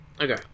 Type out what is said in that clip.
okay